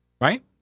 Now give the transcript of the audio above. Right